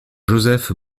joseph